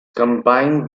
combined